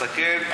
תסתכל,